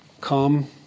come